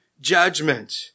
judgment